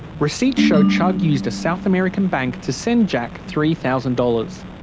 receipts show chugg used a south american bank to send jack three thousand dollars.